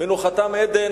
מנוחתם עדן.